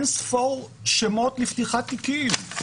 אין ספור שמות לפתיחת תיקים,